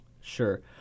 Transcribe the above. Sure